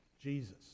Jesus